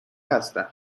هستم